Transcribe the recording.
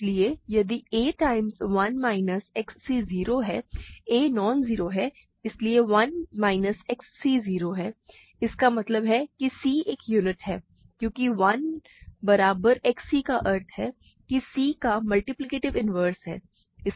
इसलिए यदि a times 1 minus xc 0 है a नॉन जीरो है इसलिए 1 माइनस xc 0 है इसका मतलब है कि c एक यूनिट है क्योंकि 1 बराबर xc का अर्थ है कि c का मल्टीप्लिकेटिव इन्वर्स है